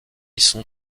sont